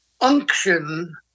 unction